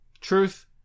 Truth